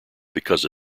because